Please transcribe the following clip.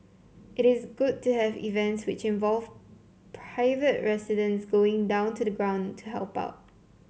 it is good to have events which involve private residents going down to the ground to help out